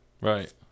right